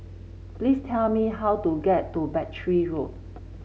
please tell me how to get to Battery Road